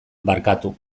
barkatu